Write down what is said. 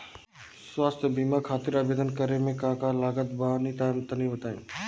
स्वास्थ्य बीमा खातिर आवेदन करे मे का का लागत बा तनि बताई?